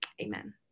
amen